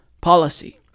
policy